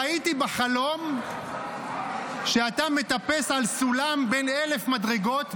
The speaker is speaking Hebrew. ראיתי בחלום שאתה מטפס על סולם בן 1,000 מדרגות,